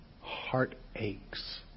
heartaches